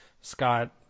Scott